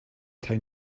town